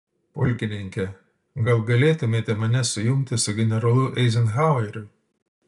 pulkininke gal galėtumėte mane sujungti su generolu eizenhaueriu